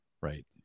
Right